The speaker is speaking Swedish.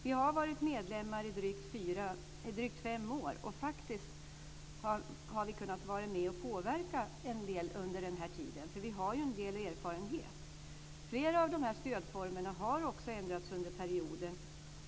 Vi har varit EU-medlemmar i drygt fem år och har faktiskt kunnat vara med och påverka en del under denna tid, för vi har ju en del erfarenhet. Flera av stödformerna har också ändrats under perioden.